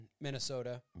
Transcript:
Minnesota